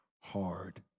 hard